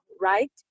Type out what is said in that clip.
right